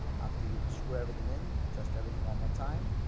after you screw everything in, test everything one more time.